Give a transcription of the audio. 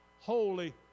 Holy